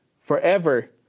forever